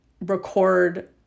record